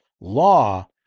law